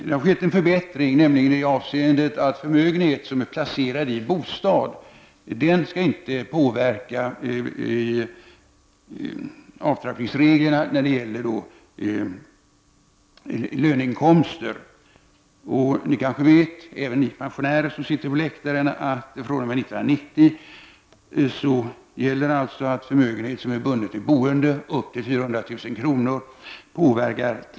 Det har skett en förbättring, nämligen i det avseendet att förmögenhet som är placerad i bostad inte skall påverka avtrappningsreglerna när det gäller löneinkomster. Ni kanske vet, även ni pensionärer som sitter på läktaren, att fr.o.m. 1990 gäller att förmögenhet som är bunden till boende upp till 400 000 kr.